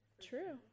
True